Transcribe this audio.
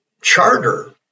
charter